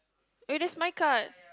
eh that's my card